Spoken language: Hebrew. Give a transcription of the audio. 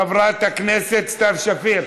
חברת הכנסת סתיו שפיר.